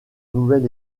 nouvel